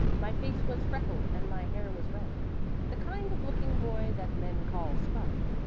my face was freckled and my hair was red the kind of looking boy that men call scrub.